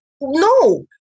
no